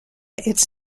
its